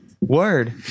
Word